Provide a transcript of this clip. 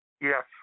Yes